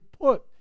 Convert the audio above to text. put